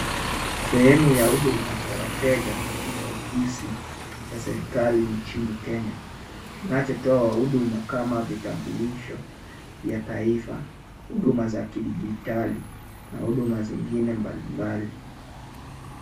Sehemu ya huduma kwa wateja katika ofisi cha serikali nchini Kenya kinachotoa huduma kama vitambulisho vya taifa, huduma za kidijitali na huduma zingine mbalimbali.